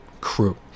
crew